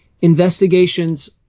investigations